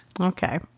Okay